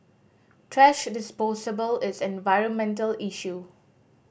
thrash possible is an environmental issue